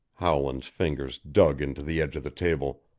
howland's fingers dug into the edge of the table.